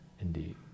indeed